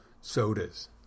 sodas